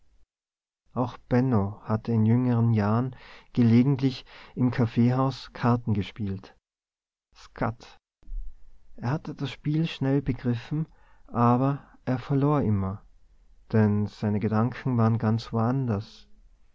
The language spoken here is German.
auch benno hatte in jüngeren jahren gelegentlich im kaffeehaus karten gespielt skat er hatte das spiel schnell begriffen aber er verlor immer denn seine gedanken waren ganz woanders